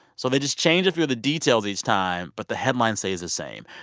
so they just change a few of the details each time, but the headline stays the same.